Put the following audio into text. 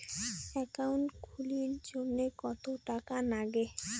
Account খুলির জন্যে কত টাকা নাগে?